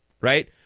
right